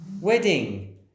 wedding